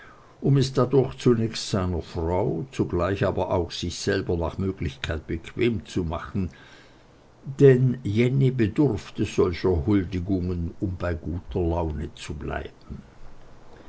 um es dadurch zunächst seiner frau zugleich aber auch sich selber nach möglichkeit bequem zu machen denn jenny bedurfte solcher huldigungen um bei guter laune zu bleiben